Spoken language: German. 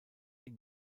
ihn